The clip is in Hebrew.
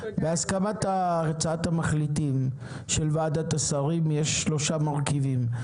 בהסכמת הצעת המחליטים של ועדת השרים יש שלושה מרכיבים.